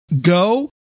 go